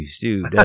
dude